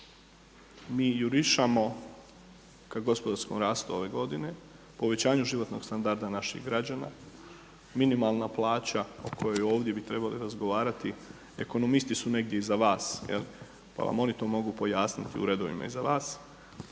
Mi jurišamo k gospodarskom rastu ove godine, povećanjem životnog standarda naših građana, minimalna plaća o kojoj bi ovdje trebali razgovarati ekonomisti su negdje iza vas pa vam oni to mogu pojasniti u redovima iza vas,